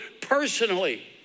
personally